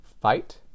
fight